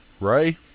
Ray